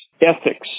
ethics